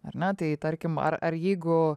ar ne tai tarkim ar ar jeigu